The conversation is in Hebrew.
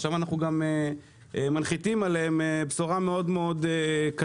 עכשיו אנחנו גם מנחיתים עליהם בשורה מאוד קשה,